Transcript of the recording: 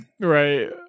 Right